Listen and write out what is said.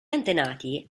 antenati